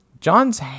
John's